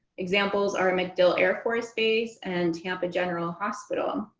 examples are and macdill air force base and tampa general hospital. um